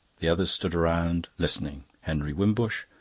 the others stood round, listening henry wimbush,